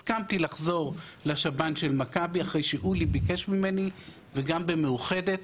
הסכמתי לחזור לשב"ן של מכבי אחרי שאולי ביקש ממני וגם במאוחדת.